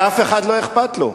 ואף אחד לא אכפת לו.